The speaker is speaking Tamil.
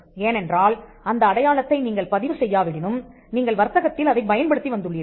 ஏனென்றால் அந்த அடையாளத்தை நீங்கள் பதிவு செய்யாவிடினும் நீங்கள் வர்த்தகத்தில் அதை பயன்படுத்தி வந்துள்ளீர்கள்